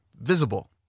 visible